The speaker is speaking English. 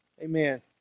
Amen